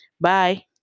Bye